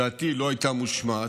דעתי לא הייתה מושמעת,